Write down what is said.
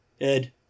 Ed